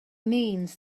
means